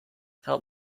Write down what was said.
help